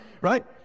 right